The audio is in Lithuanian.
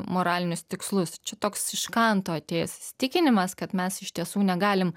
moralinius tikslus čia toks iš kanto atėjęs įsitikinimas kad mes iš tiesų negalim